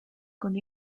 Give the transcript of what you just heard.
con